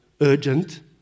urgent